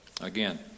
Again